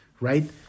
right